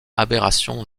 aberration